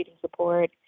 support